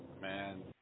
Man